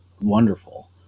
wonderful